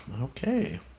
okay